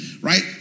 Right